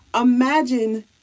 Imagine